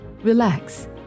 relax